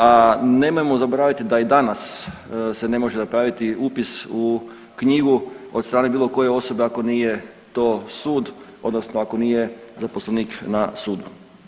A nemojmo zaboraviti da i danas se ne može napraviti upis u knjigu od strane bilo koje osobe ako nije to sud odnosno ako nije zaposlenik na sudu.